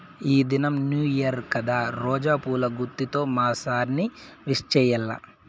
ఈ దినం new year కదా రోజా పూల గుత్తితో మా సార్ ని విష్ చెయ్యాల్ల